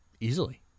Easily